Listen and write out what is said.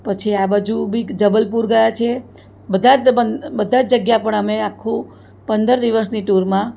પછી આ બાજુ બી જબલપુર ગયા છે બધા જ જગ્યા પર અમે આખું પંદર દિવસની ટૂરમાં